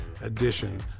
edition